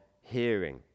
hearing